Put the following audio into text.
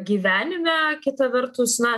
gyvenime kita vertus na